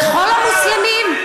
לכל המוסלמים?